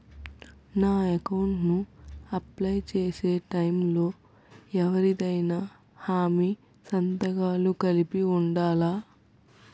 నా అకౌంట్ ను అప్లై చేసి టైం లో ఎవరిదైనా హామీ సంతకాలు కలిపి ఉండలా?